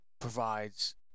Provides